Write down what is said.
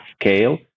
scale